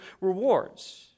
rewards